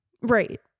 Right